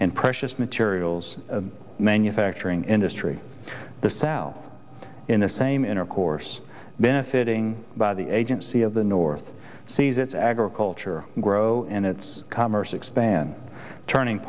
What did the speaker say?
and precious materials manufacturing industry the south in the same intercourse benefiting by the agency of the north sees its agriculture grow and its commerce expand turning